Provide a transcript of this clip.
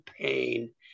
pain